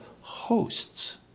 hosts